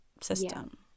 system